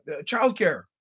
childcare